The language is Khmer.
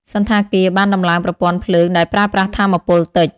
សណ្ឋាគារបានតម្លើងប្រព័ន្ធភ្លើងដែលប្រើប្រាស់ថាមពលតិច។